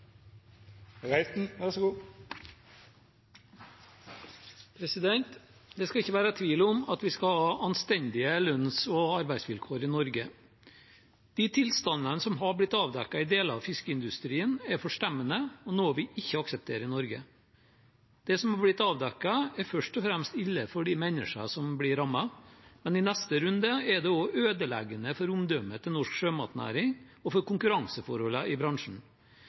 Det skal ikke være tvil om at vi skal ha anstendige lønns- og arbeidsvilkår i Norge. De tilstandene som har blitt avdekket i deler av fiskeindustrien, er forstemmende og noe vi ikke aksepterer i Norge. Det som har blitt avdekket, er først og fremst ille for de menneskene som blir rammet, men i neste runde er det også ødeleggende for omdømmet til norsk sjømatnæring og for konkurranseforholdene i bransjen.